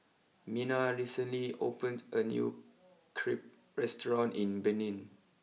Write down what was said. Minna recently opened a new Crepe restaurant in Benin